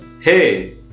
hey